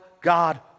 God